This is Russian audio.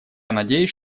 надеюсь